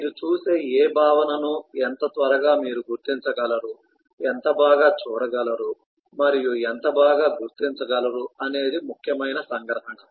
మీరు చూసే ఏ భావన ను ఎంత త్వరగా మీరు గుర్తించగలరు ఎంత బాగా చూడగలరు మరియు ఎంత బాగా గుర్తించగలరు అనేది ముఖ్యమైన సంగ్రహణ